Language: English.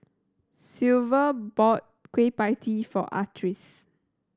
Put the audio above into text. Sylva bought Kueh Pie Tee for Artis